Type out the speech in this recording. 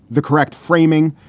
the correct framing,